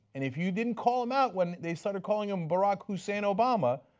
and if you didn't call them out when they started calling him barack hussein obama,